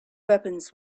weapons